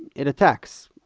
it attacks.